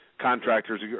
contractors